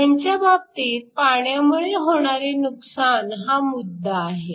ह्यांच्या बाबतीत पाण्यामुळे होणारे नुकसान हा मुद्दा आहे